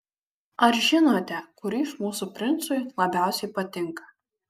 ar žinote kuri iš mūsų princui labiausiai patinka